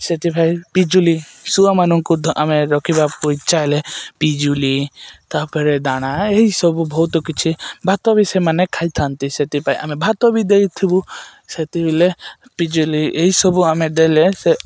ସେଥିପାଇଁ ପିଜୁଳି ଶୁଆମାନଙ୍କୁ ତ ଆମେ ରଖିବାକୁ ଇଚ୍ଛା ହେଲେ ପିଜୁଳି ତା'ପରେ ଦାନା ଏହିସବୁ ବହୁତ କିଛି ଭାତ ବି ସେମାନେ ଖାଇଥାନ୍ତି ସେଥିପାଇଁ ଆମେ ଭାତ ବି ଦେଇଥିବୁ ସେଥିବେଳେ ପିଜୁଳି ଏହିସବୁ ଆମେ ଦେଲେ ସେ